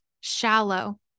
shallow